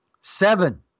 Seven